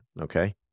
okay